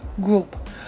group